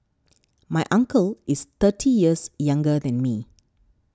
my uncle is thirty years younger than me